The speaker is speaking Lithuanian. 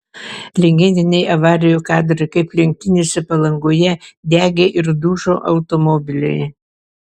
legendiniai avarijų kadrai kaip lenktynėse palangoje degė ir dužo automobiliai